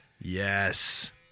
Yes